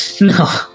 No